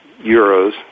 euros